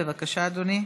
בבקשה, אדוני.